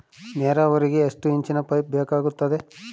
ನೇರಾವರಿಗೆ ಎಷ್ಟು ಇಂಚಿನ ಪೈಪ್ ಬೇಕಾಗುತ್ತದೆ?